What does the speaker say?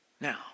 Now